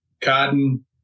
Cotton